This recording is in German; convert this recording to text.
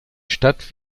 stadt